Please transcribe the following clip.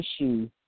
issue